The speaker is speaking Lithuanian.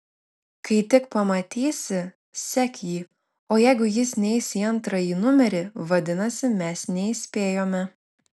kai tik pamatysi sek jį o jeigu jis neis į antrąjį numerį vadinasi mes neįspėjome